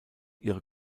ihre